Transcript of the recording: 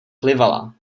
plivala